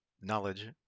knowledge